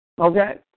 Okay